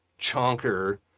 chonker